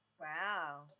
Wow